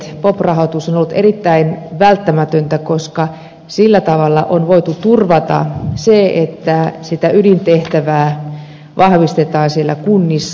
pop rahoitus on ollut erittäin välttämätöntä koska sillä tavalla on voitu turvata se että sitä ydintehtävää vahvistetaan siellä kunnissa